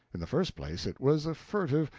in the first place, it was a furtive,